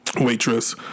Waitress